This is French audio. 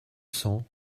cents